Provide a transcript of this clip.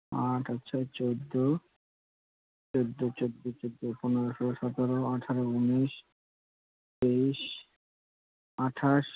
আট আর ছয় চোদ্দো চোদ্দো চোদ্দো চোদ্দো পনেরো ষোলো সতেরো আঠারো উনিশ তেইশ আঠাশ